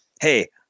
hey